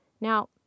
Now